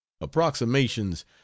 Approximations